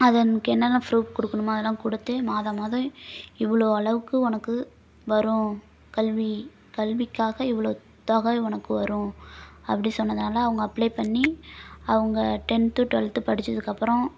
அது எனக்கு என்னென்ன ப்ரூஃப் கொடுக்கணுமோ அதெல்லாம் குடுத்து மாதம் மாதம் இவ்வளோ அளவுக்கு உனக்கு வரும் கல்வி கல்விக்காக இவ்வளோ தொகை உனக்கு வரும் அப்படி சொன்னதால் அவங்க அப்ளே பண்ணி அவங்க டென்த்து டுவெல்த்து படிச்சதுக்கப்புறோம்